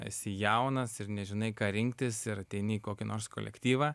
esi jaunas ir nežinai ką rinktis ir ateini į kokį nors kolektyvą